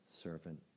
servant